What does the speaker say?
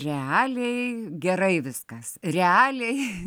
realiai gerai viskas realiai